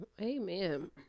Amen